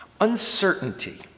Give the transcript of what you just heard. uncertainty